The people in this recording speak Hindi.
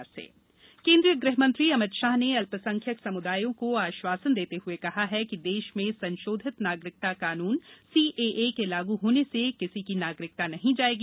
गृहमंत्री सीएए केन्द्रीय गृहमंत्री अमित शाह ने अल्पसंख्यक समुदायों को आश्वासन देते हुए कहा है कि देश में संशोधित नागरिकता कानून सीएए के लागू होने से किसी की नागरिकता नहीं जाएगी